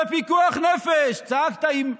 זה פיקוח נפש", צעקת עם פתוס.